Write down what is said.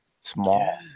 small